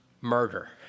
murder